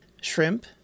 shrimp